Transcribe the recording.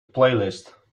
playlist